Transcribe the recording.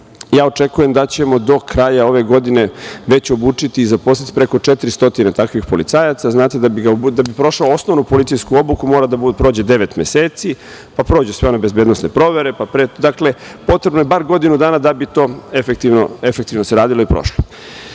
Ja očekujem da ćemo do kraja ove godine već obučiti i zaposliti preko 400 takvih policajaca. Da bi prošao osnovu policijsku obuku, mora da prođe devet meseci, pa prođe sve one bezbednosne provere. Dakle, potrebno je bar godinu dana da bi se to efektivno radilo i prošlo. Ja